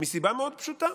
מסיבה מאוד פשוטה,